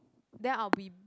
then I'll be